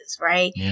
Right